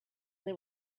they